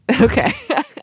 Okay